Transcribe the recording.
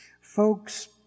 Folks